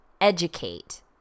educate